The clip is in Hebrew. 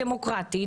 הדמוקרטית,